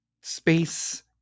space